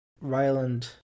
ryland